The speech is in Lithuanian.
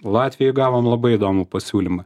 latvijoj gavom labai įdomų pasiūlymą